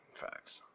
Facts